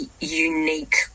unique